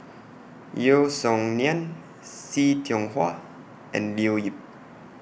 Yeo Song Nian See Tiong Wah and Leo Yip